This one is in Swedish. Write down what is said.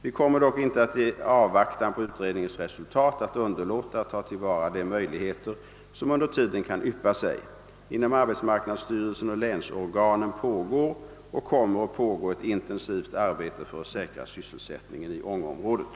Vi kommer dock inte i avvaktan på utredningens resultat att underlåta att ta till vara de möjligheter som under tiden kan yppa sig. Inom <:arbetsmarknadsstyrelsen «och länsorganen pågår och kommer att pågå ett intensivt arbete för att säkra sysselsättningen i Ånge-området.